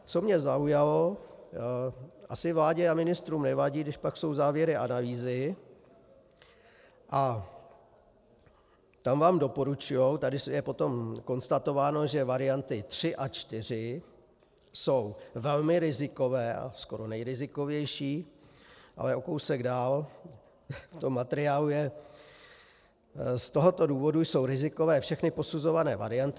Co mě zaujalo, asi vládě a ministrům nevadí, když pak jsou závěry analýzy a tam vám doporučují, je tady konstatováno, že varianty 3 a 4 jsou velmi rizikové, skoro nejrizikovější, ale o kousek dál je v materiálu, že z tohoto důvodu jsou rizikové všechny posuzované varianty.